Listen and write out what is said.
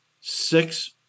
Six